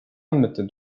andmetel